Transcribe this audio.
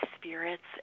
spirits